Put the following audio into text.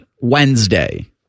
Wednesday